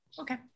Okay